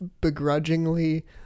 begrudgingly